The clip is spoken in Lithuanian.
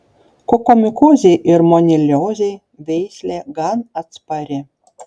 kokomikozei ir moniliozei veislė gan atspari